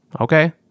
Okay